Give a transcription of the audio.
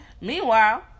Meanwhile